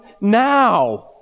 now